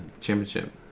championship